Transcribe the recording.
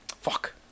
Fuck